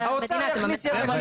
האוצר יכניס את היד לכיס.